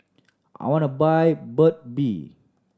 I want buy Burt Bee